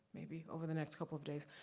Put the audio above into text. maybe over the next couple of days.